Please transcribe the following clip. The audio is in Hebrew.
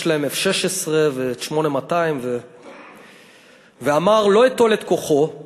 יש להם 16F- ואת 8200. "ואמר: לא אטול את כוחו /